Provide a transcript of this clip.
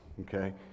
okay